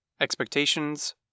Expectations